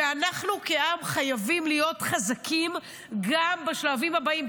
ואנחנו כעם חייבים להיות חזקים גם בשלבים הבאים,